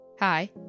Hi